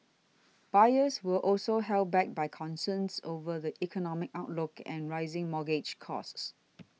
buyers were also held back by concerns over the economic outlook and rising mortgage costs